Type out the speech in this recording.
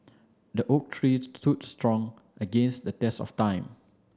the oak tree stood strong against the test of time